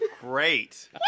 great